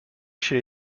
chez